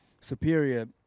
superior